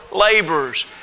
laborers